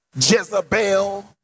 Jezebel